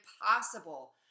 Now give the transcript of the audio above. impossible